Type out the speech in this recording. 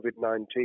COVID-19